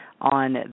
on